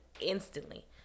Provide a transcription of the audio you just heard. instantly